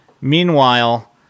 meanwhile